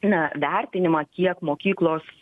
na vertinimą kiek mokyklos